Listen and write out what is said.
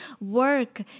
work